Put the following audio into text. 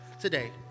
today